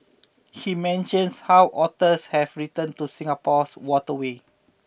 he mentions how otters have returned to Singapore's waterways